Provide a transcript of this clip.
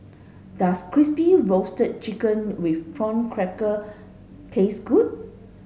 does crispy roasted chicken with prawn cracker taste good